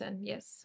yes